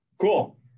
cool